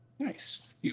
Nice